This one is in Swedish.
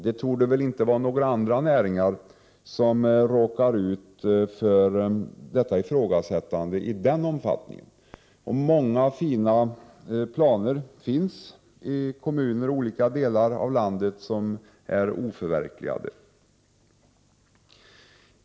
Det torde väl inte finnas några andra näringar som råkar ut för detta ifrågasättande i den omfattningen. I olika delar av landet finns många fina planer som inte är förverkligade.